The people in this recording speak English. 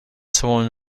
someone